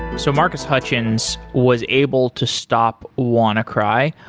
so marcus hutchins was able to stop wannacry.